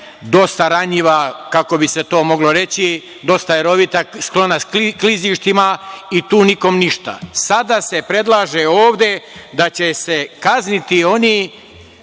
dosta ranjiva kako bi se to moglo reći, dosta je rovita, sklona klizištima i tu nikom ništa. Sada se predlaže ovde da će se kazniti oni